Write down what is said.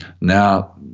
now